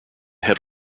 had